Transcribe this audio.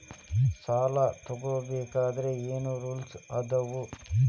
ಸಾಲ ತಗೋ ಬೇಕಾದ್ರೆ ಏನ್ ರೂಲ್ಸ್ ಅದಾವ?